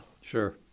Sure